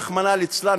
רחמנא ליצלן,